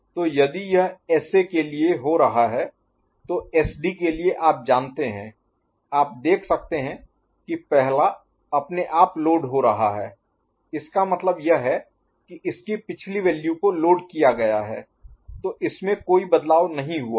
तो यदि यह SA के लिए हो रहा है तो SD के लिए आप जानते हैं आप देख सकते हैं कि पहला अपने आप लोड हो रहा है इसका मतलब यह है कि इसकी पिछली वैल्यू को लोड किया गया है तो इसमें कोई बदलाव नहीं हुआ है